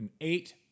eight